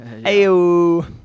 Ayo